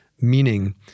meaning